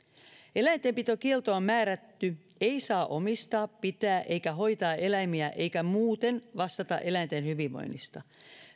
eläintenpitokieltoon määrätty ei saa omistaa pitää eikä hoitaa eläimiä eikä muuten vastata eläinten hyvinvoinnista